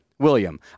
William